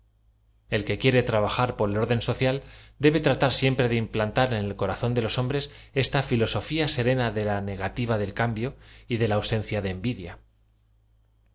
l que quiere trabajar por el or den social debe tratar siempre de implantar en el co razón de los hombres eeta fílosoña serena de la nega tiva de cambio y de la ausencia de envidia